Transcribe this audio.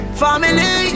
Family